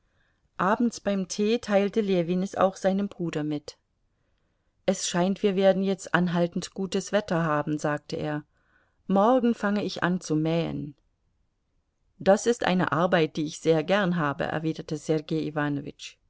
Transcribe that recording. abends beim tee teilte ljewin es auch seinem bruder mit es scheint wir werden jetzt anhaltend gutes wetter haben sagte er morgen fange ich an zu mähen das ist eine arbeit die ich sehr gern habe erwiderte sergei